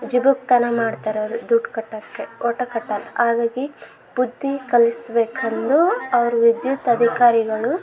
ಜಿಗುಟ್ತನ ಮಾಡ್ತಾರೆ ಅವರು ದುಡ್ಡು ಕಟ್ಟೋಕ್ಕೆ ಒಟ್ಟು ಕಟ್ಟೋಲ್ಲ ಹಾಗಾಗಿ ಬುದ್ಧಿ ಕಲಿಸ್ಬೇಕು ಅಂದು ಅವ್ರು ವಿದ್ಯುತ್ ಅಧಿಕಾರಿಗಳು